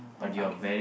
okay